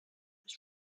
was